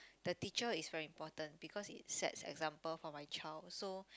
the teacher is very important because it sets example for my child so